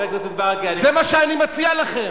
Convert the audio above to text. חבר הכנסת ברכה, זה מה שאני מציע לכם.